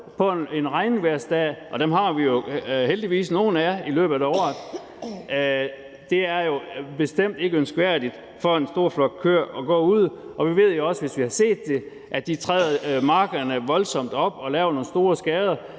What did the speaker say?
på en regnvejrsdag – og dem har vi jo heldigvis nogle af i løbet af året – og der er det jo bestemt ikke ønskværdigt for en stor flok køer at gå ude. Og vi ved jo også, hvis vi har set det, at de træder markerne voldsomt op og laver nogle store skader,